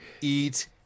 eat